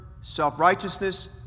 self-righteousness